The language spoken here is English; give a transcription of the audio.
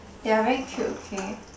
they are very cute okay